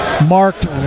marked